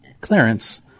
Clarence